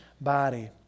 body